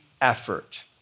effort